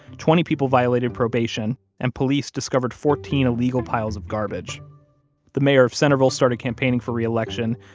twenty people violated probation. and police discovered fourteen illegal piles of garbage the mayor of centerville started campaigning for reelection.